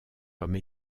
comme